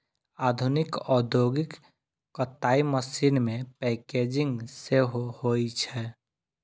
आधुनिक औद्योगिक कताइ मशीन मे पैकेजिंग सेहो होइ छै